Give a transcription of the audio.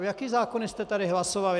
Jaké zákony jste tady hlasovali?